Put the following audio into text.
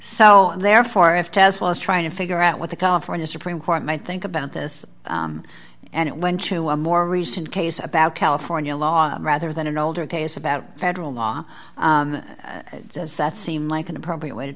so therefore if test was trying to figure out what the california supreme court might think about this and it went to a more recent case about california law rather than an older case about federal law does that seem like an appropriate way to